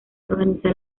organiza